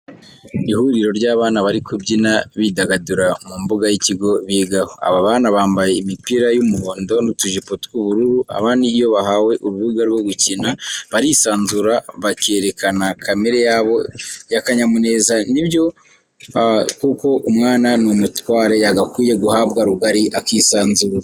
Ihuriro ry'abana bari kubyina bidagadura mu mbuga y'ikigo bigaho. Aba bana bambaye imipira y'umuhondo n'utujipo tw'ubururu. Abana iyo bahawe urubuga rwo gukina, barisanzura bakerekana kamere yabo y'akanyamuneza, ni byo koko umwana ni umutware, yagakwiye guhabwa rugari akisanzura.